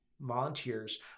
volunteers